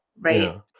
right